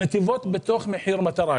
נתיבות בתוך מחיר מטרה.